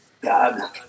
God